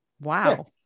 Wow